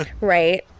Right